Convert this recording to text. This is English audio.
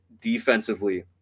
defensively